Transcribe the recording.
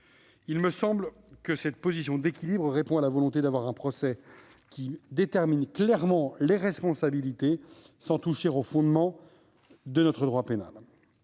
Il me semble que cette position d'équilibre répond à la volonté d'avoir un procès qui détermine clairement les responsabilités, sans toucher aux fondements de notre droit pénal.